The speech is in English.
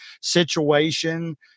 situation